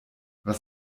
was